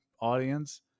audience